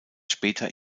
später